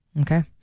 Okay